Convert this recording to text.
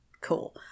cool